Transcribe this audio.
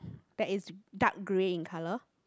that is dark grey in colour